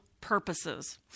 purposes